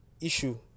issue